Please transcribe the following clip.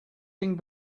thing